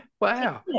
Wow